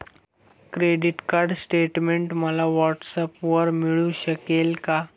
Credit card statement मला व्हॉट्सऍपवर मिळू शकेल का?